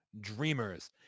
dreamers